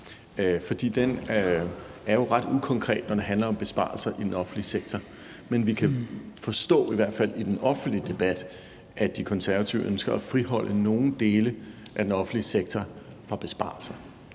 gange. Den er jo ret ukonkret, når det handler om besparelser i den offentlige sektor, men vi kan forstå, i hvert fald i den offentlige debat, at De Konservative ønsker at friholde nogle dele af den offentlige sektor for besparelser.